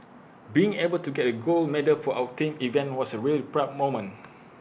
being able to get A gold medal for our team event was A really proud moment